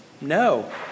No